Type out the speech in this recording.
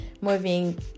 moving